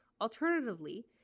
Alternatively